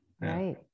Right